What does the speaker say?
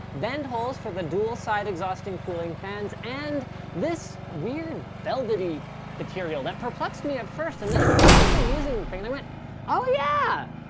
vent holes for the dual side exhausting cooling fans, and this weird velvet-ey material that perplexed me at first and then i um was sitting there using the thing, and i went oh yeah!